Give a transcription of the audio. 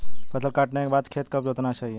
फसल काटने के बाद खेत कब जोतना चाहिये?